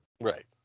Right